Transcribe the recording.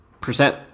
percent